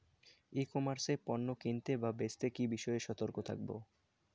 ই commerce এ পণ্য কিনতে বা বেচতে কি বিষয়ে সতর্ক থাকব?